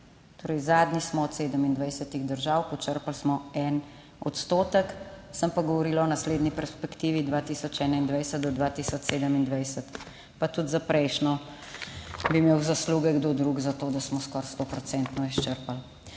torej zadnji smo od 27 držav, počrpali smo 1 odstotek. Sem pa govorila o naslednji perspektivi, 2021-2027, pa tudi za prejšnjo bi imel zasluge kdo drug za to, da smo skoraj sto procentno